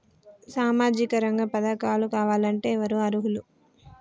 సామాజిక రంగ పథకాలు కావాలంటే ఎవరు అర్హులు?